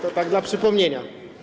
To tak dla przypomnienia.